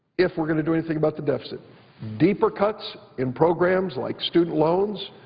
if we're going to do anything about the deficit deeper cuts in programs like student loans,